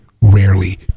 rarely